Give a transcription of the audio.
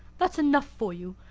that's enough for you.